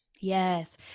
Yes